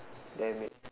damn it